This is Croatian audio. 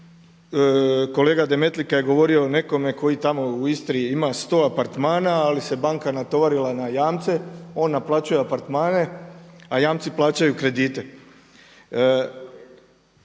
kolega Demetlika je govorio o nekome koji tamo u Istri ima 100 apartmana ali se banka natovarila na jamce, on naplaćuje apartmane a jamci plaćaju kredite.